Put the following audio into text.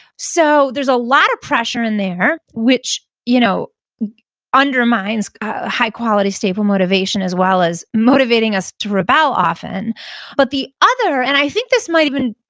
so there's a lot of pressure in there, which you know undermines high quality, stable motivation, as well as motivating us to rebel often but the other, and i think this might've been,